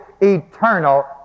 eternal